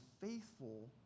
faithful